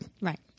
right